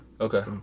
Okay